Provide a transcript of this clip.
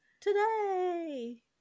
today